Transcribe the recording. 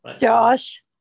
Josh